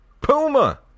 Puma